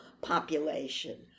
population